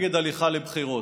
נגד הליכה לבחירות,